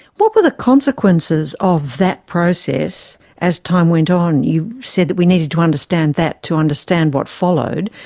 what were the consequences of that process as time went on? you said that we needed to understand that to understand what followed.